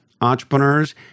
entrepreneurs